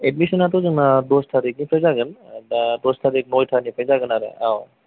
एडमिसनाथ' जोंना दस थारिखनिफ्राय जागोन दा दस थारिख नयथानिफ्राय जागोन आरो